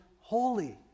holy